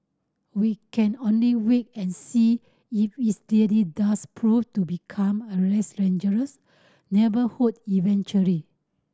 we can only wait and see if its really does prove to become a less dangerous neighbourhood eventually